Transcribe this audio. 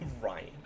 Ryan